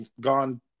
gone